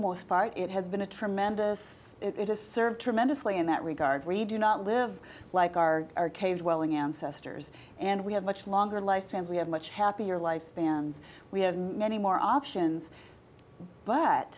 most part it has been a tremendous it has served tremendously in that regard we do not live like our our cave dwelling ancestors and we have much longer life spans we have much happier lifespans we have many more options but